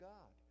God